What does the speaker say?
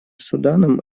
суданом